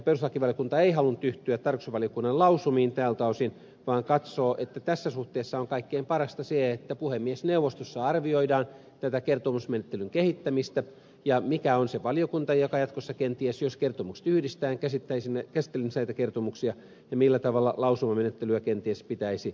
perustuslakivaliokunta ei halunnut yhtyä tarkastusvaliokunnan lausumiin tältä osin vaan katsoo että tässä suhteessa on kaikkein parasta se että puhemiesneuvostossa arvioidaan tätä kertomusmenettelyn kehittämistä sitä mikä on se valiokunta joka jatkossa kenties jos kertomukset yhdistetään käsittelisi näitä kertomuksia ja millä tavalla lausumamenettelyä kenties pitäisi kehittää